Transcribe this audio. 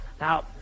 Now